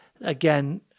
again